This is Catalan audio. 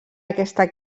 aquesta